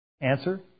Answer